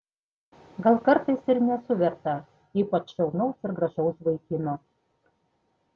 gal kartais ir nesu verta ypač šaunaus ir gražaus vaikino